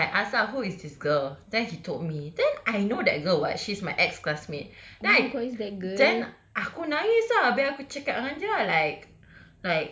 then I ask lah who is this girl then he told me then I know that girl [what] she's my ex-classmate then I then I then aku naive ah habis aku cakap dengan dia ah like